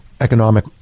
economic